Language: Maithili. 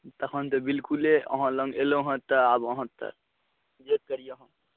तहन तऽ बिलकुले अहाँ लंग अयलहुँ हँ तऽ आब अहाँ तऽ जे करियै अहाँ